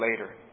later